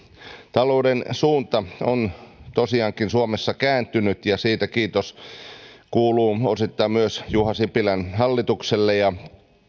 talouden suunta on tosiaankin suomessa kääntynyt ja siitä kiitos kuuluu osittain myös juha sipilän hallitukselle ja